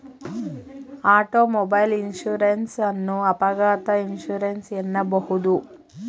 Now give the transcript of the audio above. automobile insurance ಅನ್ನು ಅಪಘಾತ insurance ಎನ್ನಬಹುದು